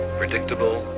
predictable